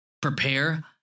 prepare